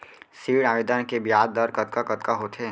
ऋण आवेदन के ब्याज दर कतका कतका होथे?